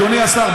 אדוני השר,